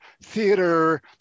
theater